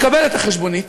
מקבל את החשבונית,